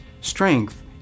Strength